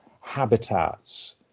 habitats